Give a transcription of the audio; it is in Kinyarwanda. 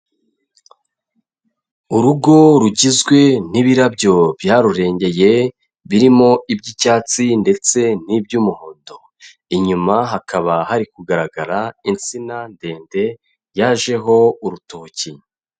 Urugo rugizwe n'ibirabyo byarurengeye birimo iby'icyatsi ndetse n'iby'umuhondo, inyuma hakaba hari kugaragara itsina ndende yajeho urutoki.